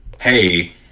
Hey